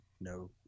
no